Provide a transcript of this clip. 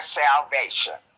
salvation